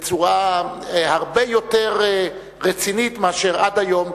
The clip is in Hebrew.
בו בצורה הרבה יותר רצינית מאשר עד היום.